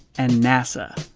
and nasa!